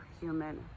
human